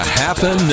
happen